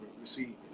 receive